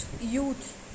youth